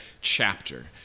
chapter